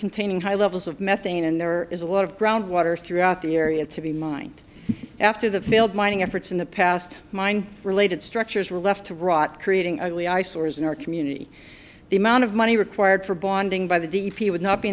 containing high levels of methane and there is a lot of groundwater throughout the area to be mined after the failed mining efforts in the past mine related structures were left to rot creating an early eyesores in our community the amount of money required for bonding by the d p would not be